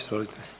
Izvolite.